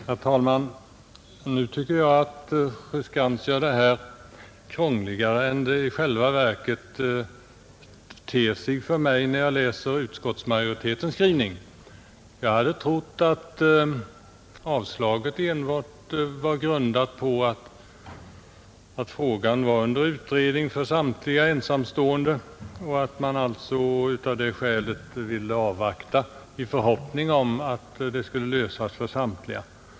Herr talman! Nu tycker jag att fru Skantz gör frågan krångligare än den ter sig för mig när jag läser utskottets skrivning. Jag trodde att avstyrkandet var grundat enbart på det förhållandet att frågan var föremål för utredning beträffande samtliga ensamstående och att man alltså ville avvakta resultatet i förhoppning om att problemet skulle lösas för samtliga.